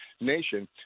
nation